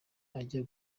ajya